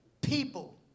people